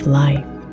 life